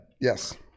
Yes